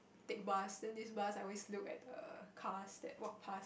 take bus then this bus I always look at the cars that walk past